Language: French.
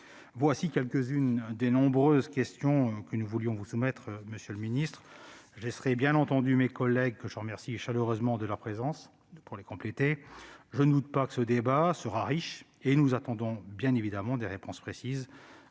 Voilà quelques-unes des nombreuses questions que nous voulions vous soumettre, monsieur le secrétaire d'État. Je laisserai bien entendu mes collègues, que je remercie chaleureusement de leur présence, les compléter. Je ne doute pas que le débat sera riche. Nous attendons des réponses précises